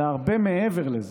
אלא הרבה מעבר לזה,